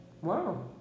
Wow